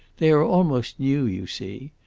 they are almost new, you see.